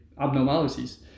abnormalities